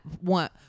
one